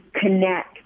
connect